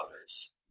others